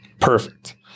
Perfect